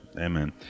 Amen